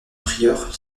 prieur